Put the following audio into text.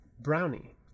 brownie